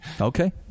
Okay